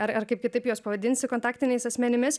ar ar kaip kitaip juos pavadinsi kontaktiniais asmenimis